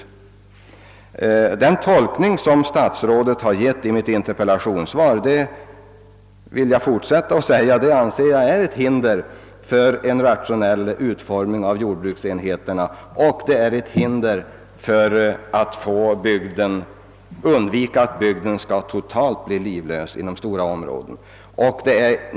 Den tolkning som statsrådet gett i sitt interpellationssvar utgör ett hinder både för en rationell utformning av jordbruksenheter och för strävandena att undvika att bygderna skall bli totalt livlösa i stora områden av vårt land.